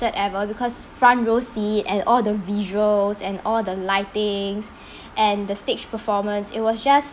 ~cert ever because front row seat and all the visuals and all the lightings and the stage performance it was just